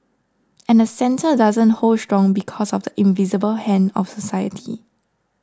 and the centre doesn't hold strong because of the invisible hand of society